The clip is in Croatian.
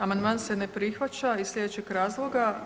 Amandman se ne prihvaća iz sljedećeg razloga.